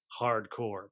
hardcore